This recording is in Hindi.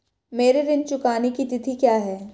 मेरे ऋण चुकाने की तिथि क्या है?